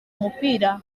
umupira